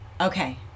okay